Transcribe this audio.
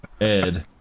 ed